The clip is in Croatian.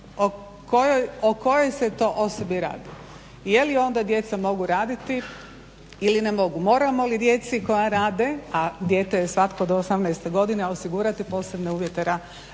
o kojoj se to osobi radi. Je li onda djeca mogu raditi ili ne mogu? Moramo li djeci koja rade, a dijete je svatko do 18 godine osigurati posebne uvjete